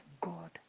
God